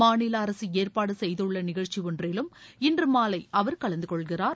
மாநில அரசு ஏற்பாடு செய்துள்ள நிகழ்ச்சி ஒன்றிலும் இன்று மாலை அவர் கலந்து கொள்கிறார்